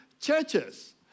churches